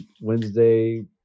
Wednesday